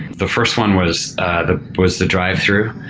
the first one was the was the drive-through.